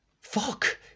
Fuck